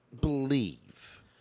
believe